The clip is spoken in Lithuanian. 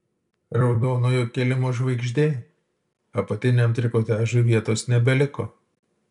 raudonojo kilimo žvaigždė apatiniam trikotažui vietos nebeliko